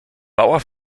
bauer